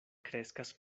kreskas